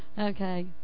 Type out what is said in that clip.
Okay